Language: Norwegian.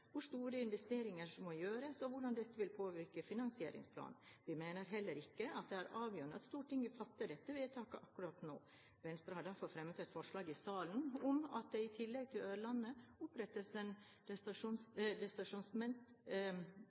hvor store investeringer som må gjøres, og hvordan dette vil påvirke finansieringsplanen. Vi mener heller ikke at det er avgjørende at Stortinget fatter dette vedtaket akkurat nå. Venstre har derfor fremmet et forslag i salen om at det i tillegg til Ørland opprettes et detasjement i Nord-Norge med en